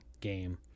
game